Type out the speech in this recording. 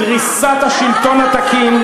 בדריסת השלטון התקין,